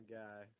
guy